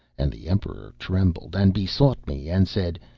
and the emperor trembled, and besought me and said,